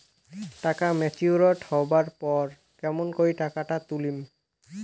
টাকা ম্যাচিওরড হবার পর কেমন করি টাকাটা তুলিম?